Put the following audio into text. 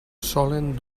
solen